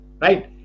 Right